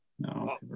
no